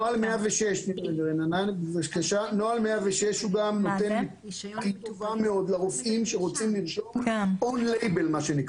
נוהל 106 נותן לרופאים שרוצים לנשום --- רגע,